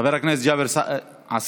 חבר הכנסת ג'אבר עסאקלה,